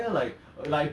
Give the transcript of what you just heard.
the eh because